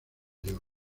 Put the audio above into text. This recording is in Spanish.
york